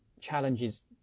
challenges